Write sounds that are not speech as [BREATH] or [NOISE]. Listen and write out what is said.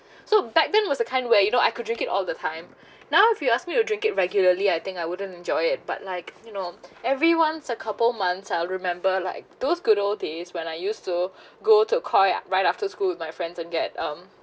so back then was the kind where you know I could drink it all the time [BREATH] now if you ask me to drink it regularly I think I wouldn't enjoy it but like you know everyone's a couple months I'll remember like those good old days when I used to [BREATH] go to Koi right after school with my friends get um